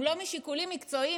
אם לא משיקולים מקצועיים,